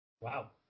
Wow